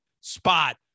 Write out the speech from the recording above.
spot